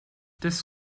this